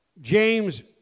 James